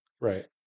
Right